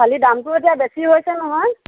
খালি দামটো এতিয়া বেছি হৈছে নহয়